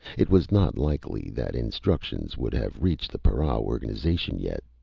it was not likely that instructions would have reached the para organization yet.